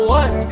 one